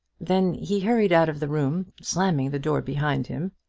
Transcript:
then he hurried out of the room, slamming the door behind him.